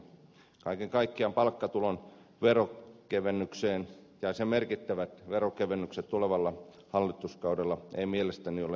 kaiken kaikkiaan palkkatulon merkittävät veronkevennykset tulevalla hallituskaudella eivät mielestäni ole realistisia